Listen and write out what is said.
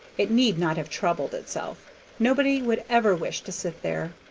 it need not have troubled itself nobody would ever wish to sit there.